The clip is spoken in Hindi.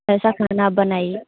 ऐसा खाना आप बनाइए